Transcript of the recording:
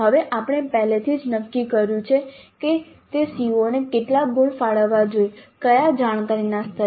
હવે આપણે પહેલેથી જ નક્કી કર્યું છે કે તે CO ને કેટલા ગુણ ફાળવવા જોઈએ કયા જાણકારીના સ્તરે